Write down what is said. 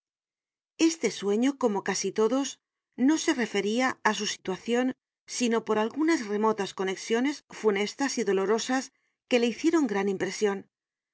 este sueño como casi todos no se referia á su situacion sino por algunas remotas conexiones funestas y dolorosas que le hicieron gran impresion